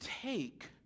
take